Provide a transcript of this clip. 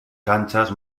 canchas